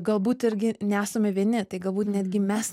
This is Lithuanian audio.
galbūt irgi nesame vieni tai galbūt netgi mes